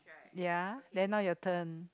ya then now your turn